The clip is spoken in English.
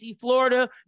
Florida